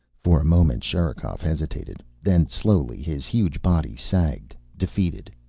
for a moment sherikov hesitated. then slowly his huge body sagged, defeated.